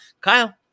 kyle